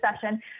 session